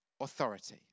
authority